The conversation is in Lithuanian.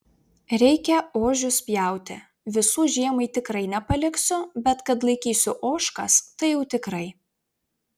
reikia ožius pjauti visų žiemai tikrai nepaliksiu bet kad laikysiu ožkas tai jau tikrai